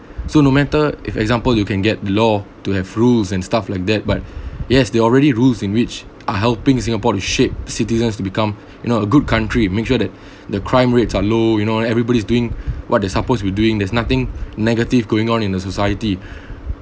so no matter if example you can get law to have rules and stuff like that but yes they already rules in which are helping singapore to shape citizens to become you know a good country make sure that the crime rates are low you know everybody's doing what they're supposed to be doing there's nothing negative going on in the society